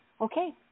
Okay